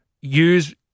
use